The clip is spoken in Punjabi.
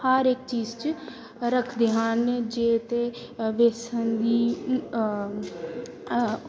ਹਰ ਇਕ ਚੀਜ਼ 'ਚ ਰੱਖਦੇ ਹਨ ਜੇ ਤਾਂ ਅ ਬੇਸਣ ਵੀ